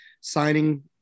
signing